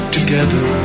Together